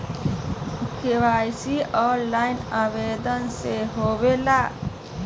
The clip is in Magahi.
के.वाई.सी ऑनलाइन आवेदन से होवे ला?